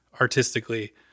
artistically